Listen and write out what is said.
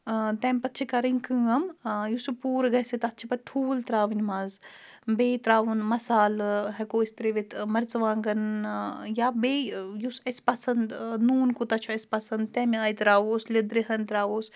تَمہِ پَتہٕ چھِ کَرٕنۍ کٲم یُس یہِ پوٗرٕ گژھِ تَتھ چھِ پَتہٕ ٹھوٗل ترٛاوٕنۍ منٛز بیٚیہِ ترٛاوُن مصالہٕ ہٮ۪کو أسۍ ترٛٲوِتھ مَرژٕوانٛگَن یا بیٚیہِ یُس اَسہِ پَسنٛد نوٗن کوٗتاہ چھُ اَسہِ پَسنٛد تَمہِ آیہِ ترٛاووس لیٚدرِ ہن ترٛاووس